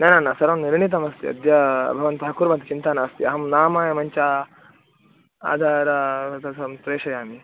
न न सर्वं निर्णितमस्ति अद्य भवन्तः कुर्वन्तु चिन्ता नास्ति अहं नामं च आधारं तत् संप्रेषयामि